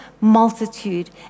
multitude